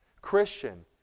Christian